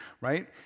right